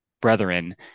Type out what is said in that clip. brethren